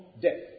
death